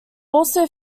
also